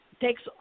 Takes